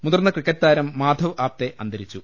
മുതിർന്ന ക്രിക്കറ്റ് താരം മാധവ് ആപ്തേ അന്തരിച്ചു